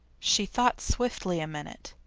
she thought swiftly a minute,